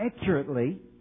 accurately